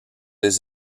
des